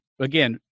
again